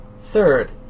Third